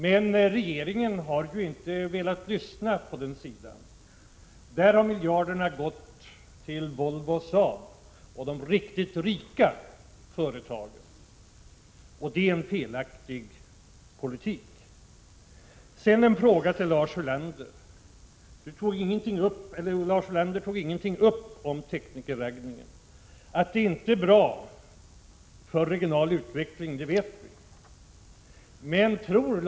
Men regeringen har inte velat lyssna på detta, utan miljarderna har gått till Volvo och Saab och de andra verkligt rika företagen. Det är en felaktig politik. Lars Ulander tog inte upp frågan om teknikerraggningen.